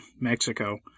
Mexico